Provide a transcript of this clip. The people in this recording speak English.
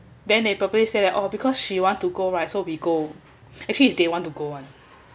then they purposely say that oh because she want to go right so we go actually is they want to go [one]